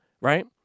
Right